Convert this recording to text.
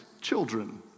children